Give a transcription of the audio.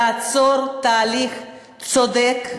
לעצור תהליך צודק,